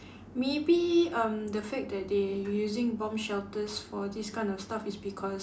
maybe um the fact that they using bomb shelters for this kind of stuff is because